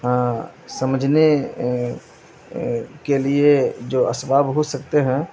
سمجھنے کے لیے جو اسباب ہو سکتے ہیں